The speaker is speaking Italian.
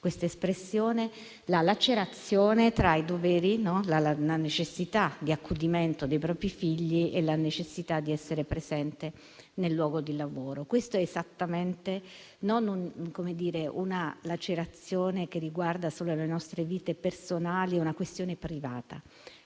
questa espressione, la lacerazione tra i doveri, la necessità di accudimento dei propri figli, e la necessità di essere presente nel luogo di lavoro. Non è una lacerazione che riguarda solo le nostre vite personali o una questione privata,